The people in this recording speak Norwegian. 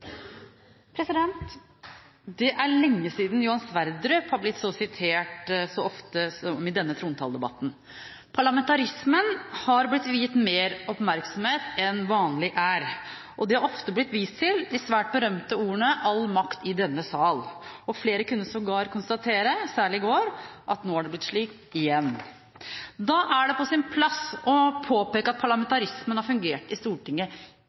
Det er lenge siden Johan Sverdrup har blitt sitert så ofte som i denne trontaledebatten. Parlamentarismen har blitt viet mer oppmerksomhet enn vanlig er. Det er ofte blitt vist til de svært berømte ordene «all makt i denne sal», og flere kunne sågar konstatere – særlig i går – at nå er det blitt slik igjen. Da er det på sin plass å påpeke at parlamentarismen har fungert i Stortinget